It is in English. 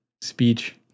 speech